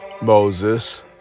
Moses